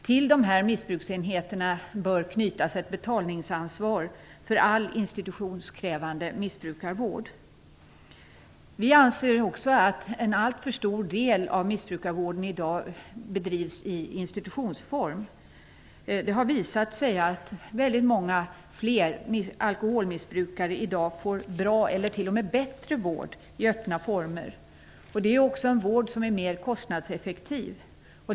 Till de här missbruksenheterna bör knytas ett betalningsansvar för all institutionskrävande missbrukarvård. Vi anser också att en alltför stor del av missbrukarvården i dag bedrivs i institutionsform. Det har visat sig att väldigt många fler alkoholmissbrukare i dag får bra, eller t.o.m. bättre, vård i öppna former. Det är också en vård som är mera kostnadseffektiv.